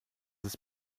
ist